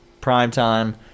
prime-time